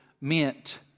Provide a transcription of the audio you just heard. meant